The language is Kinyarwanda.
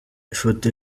ifoto